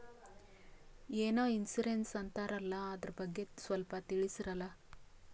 ಏನೋ ಇನ್ಸೂರೆನ್ಸ್ ಅಂತಾರಲ್ಲ, ಅದರ ಬಗ್ಗೆ ಸ್ವಲ್ಪ ತಿಳಿಸರಲಾ?